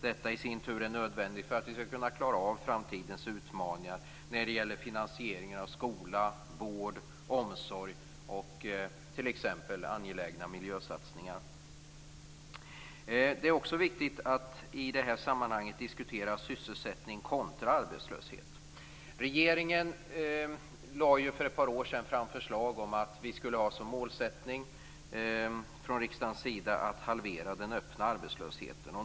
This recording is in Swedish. Detta är i sin tur nödvändigt för att vi skall klara framtidens utmaningar när det gäller finansieringen av skola, vård, omsorg och t.ex. angelägna miljösatsningar. Det är också viktigt att i det här sammanhanget diskutera sysselsättning kontra arbetslöshet. Regeringen lade ju för ett par år sedan fram förslag om att riksdagen skulle ha som målsättning att halvera den öppna arbetslösheten.